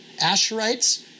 Asherites